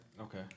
Okay